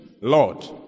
Lord